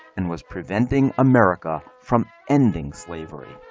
and was preventing america from ending slavery.